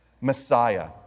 Messiah